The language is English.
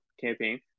campaign